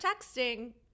texting